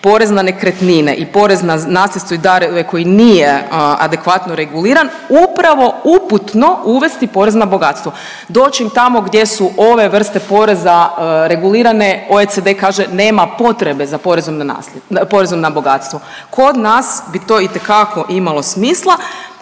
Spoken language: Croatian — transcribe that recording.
porez na nekretnine i porez na nasljedstvo i darove koji nije adekvatno reguliran upravo uputno uvesti porez na bogatstvo dočim tamo gdje su ove vrste poreza regulirane OECD kaže nema potrebe za porezom na bogatstvo. Kod nas bi to itekako imalo smisla.